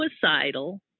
suicidal